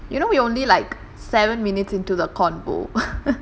you know we're only like seven minutes into the conversation